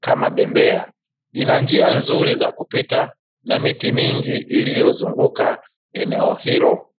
kama bembea. Ina njia nzuri za kupita, na miti mingi iliyozunguka eneo hilo.